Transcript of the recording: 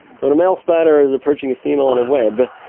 sort of male spider is approaching a female on a web,